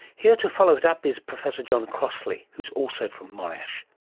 here to follow it up is professor john crossley, who's also from monash